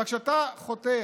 אבל כשאתה חוטא,